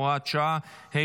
הוראת שעה),